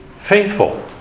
faithful